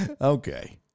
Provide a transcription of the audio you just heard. Okay